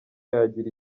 yagira